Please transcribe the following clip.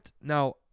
Now